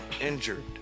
injured